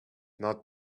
not